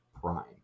Prime